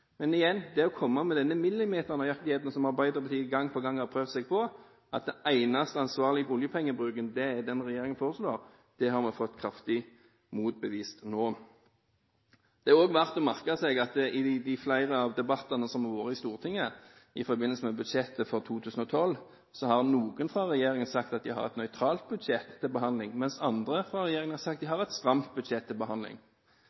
Men igjen: Det å komme med denne millimeternøyaktigheten som Arbeiderpartiet gang på gang har prøvd seg på, at den eneste ansvarlige oljepengebruken er den som regjeringen foreslår, har vi fått kraftig motbevist nå. Det er også verdt å merke seg at i flere av debattene som har vært i Stortinget i forbindelse med budsjettet for 2012, har noen fra regjeringen sagt at de har et nøytralt budsjett til behandling, mens andre fra regjeringen har sagt at de